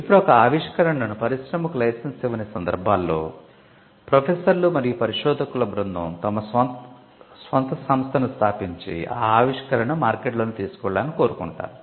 ఇప్పుడు ఒక ఆవిష్కరణను పరిశ్రమకు లైసెన్స్ ఇవ్వని సందర్భాల్లో ప్రొఫెసర్లు మరియు పరిశోధకుల బృందం తమ స్వంత సంస్థను స్థాపించి ఆ ఆవిష్కరణను మార్కెట్లోనికి తీసుకెళ్లాలని కోరుకుంటారు